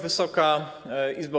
Wysoka Izbo!